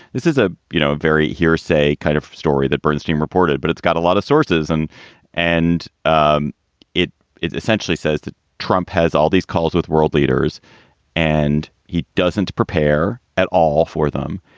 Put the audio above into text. this is a, you know, a very hearsay kind of story that bernstein reported. but it's got a lot of sources and and ah it essentially says that trump has all these calls with world leaders and he doesn't prepare at all for them.